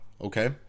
okay